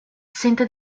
sente